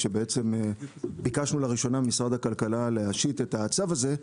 כשבעצם ביקשנו לראשונה ממשרד הכלכלה להשית את הצו הזה,